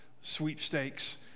sweepstakes